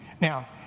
Now